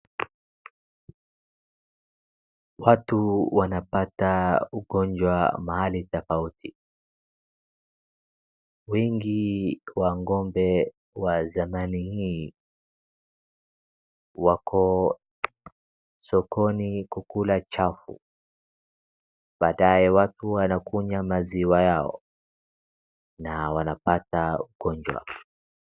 Watu wanapata ugonjwa mahali tofauti. Wengi wa ngombe wa zamani hii, wako sokoni kukula chafu. Baadaye watu wanakunywa maziwa yao na wanapata ugonjwa.